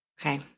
Okay